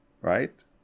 Right